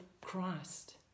Christ